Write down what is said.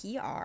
PR